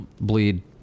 bleed